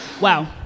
Wow